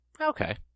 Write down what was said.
Okay